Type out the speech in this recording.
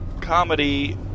comedy